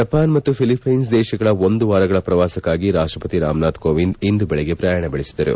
Japan ಮತ್ತು Philippines ದೇಶಗಳ ಒಂದು ವಾರಗಳ ಪ್ರವಾಸಕ್ಕಾಗಿ ರಾಷ್ಟಪತಿ ರಾಮನಾಥ್ ಕೋವಿಂದ್ ಇಂದು ಬೆಳಿಗ್ಗೆ ಪ್ರಯಾಣ ಬೆಳೆಸಿದರು